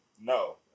No